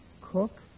Cook